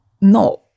No